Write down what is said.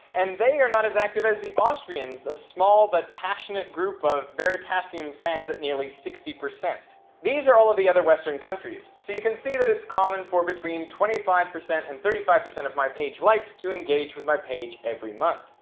and they are not as active as the austrians a small but passionate group of veritasium fans at nearly sixty percent these are all of the other western countries. countries. so you can see that it's common for between twenty five percent and thirty five percent of my page likes to engage with my page every month.